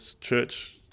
church